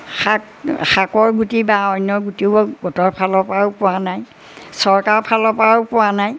শাক শাকৰ গুটি বা অন্য গুটিও গোটৰ ফালৰপৰাও পোৱা নাই চৰকাৰৰ ফালৰপৰাও পোৱা নাই